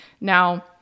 Now